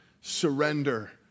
surrender